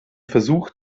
versucht